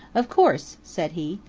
of course, said he.